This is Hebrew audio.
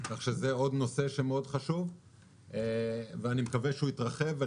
כך שזה עוד נושא חשוב מאוד ואני מקווה שהוא יתרחב.